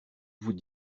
vous